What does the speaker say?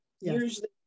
Usually